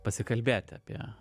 pasikalbėti apie